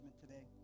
today